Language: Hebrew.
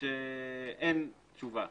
שאין תשובה.